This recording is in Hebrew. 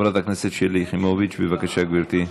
חברת הכנסת שלי יחימוביץ, בבקשה, גברתי.